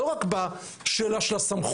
לא רק בשאלה של הסמכויות.